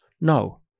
No